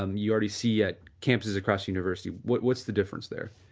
um you already see at campuses across university, what's the difference there?